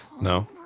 No